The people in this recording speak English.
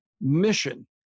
mission